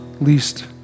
least